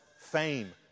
fame